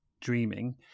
dreaming